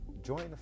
Join